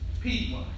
people